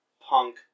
Punk